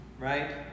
Right